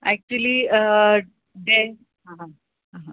actually ऐं हा हा